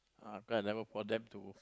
ah 'cause i never call them to